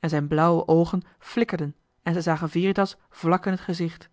en zijn blauwe oogen flikkerden en ze zagen veritas vlak in t gezicht